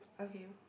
okay